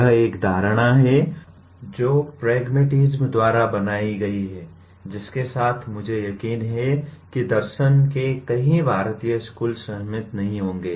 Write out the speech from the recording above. यह एक धारणा है जो प्रैग्मैटिस्म द्वारा बनाई गई है जिसके साथ मुझे यकीन है कि दर्शन के कई भारतीय स्कूल सहमत नहीं होंगे